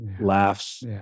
laughs